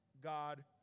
God